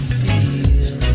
feel